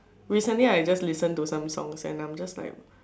recently I just listened to some songs and I'm just like